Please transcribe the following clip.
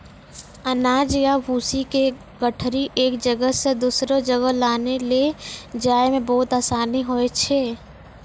अनाज या भूसी के गठरी एक जगह सॅ दोसरो जगह लानै लै जाय मॅ बहुत आसानी होय छै